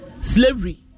Slavery